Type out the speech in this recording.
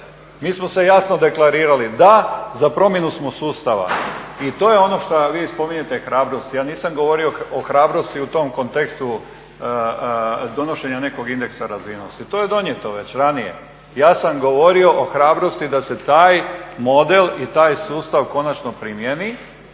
Mi smo se jasno deklarirali da za promjenu smo sustava i to je ono što vi spominjete hrabrost. Ja nisam govorio o hrabrosti u tom kontekstu donošenja nekog indeksa razvijenosti. To je donijeto već ranije. Ja sam govorio o hrabrosti da se taj model i taj sustav konačno primijeni